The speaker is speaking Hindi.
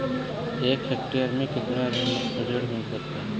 एक हेक्टेयर में कितना ऋण मिल सकता है?